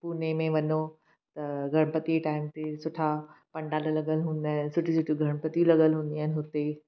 पुने में वञो त गणपतीअ जे टाइम ते सुठा पंडाल लॻलि हूंदा आहिनि सुठियूं सुठियूं गणपती लॻलि हूंदियूं आहिनि हुते